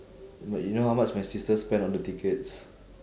but you know how much my sister spend on the tickets